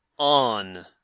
On